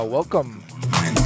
Welcome